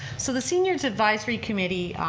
so the senior's advisory committee,